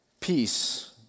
peace